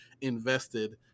invested